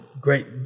great